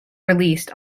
released